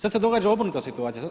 Sad se događa obrnuta situacija.